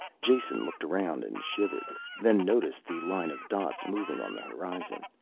jason looked around and shivered then noticed the line of dots moving on the horizon.